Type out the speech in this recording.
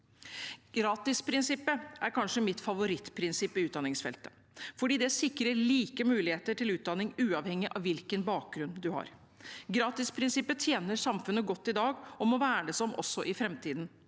Gratisprinsippet er kanskje mitt favorittprinsipp på utdanningsfeltet, for det sikrer like muligheter til utdanning uavhengig av hvilken bakgrunn man har. Gratisprinsippet tjener samfunnet godt i dag og må vernes om også i framtiden.